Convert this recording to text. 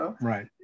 Right